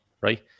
Right